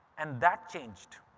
and that changed.